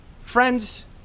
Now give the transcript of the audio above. Friends